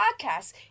podcast